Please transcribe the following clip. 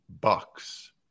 bucks